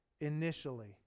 initially